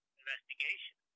investigation